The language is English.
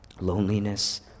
loneliness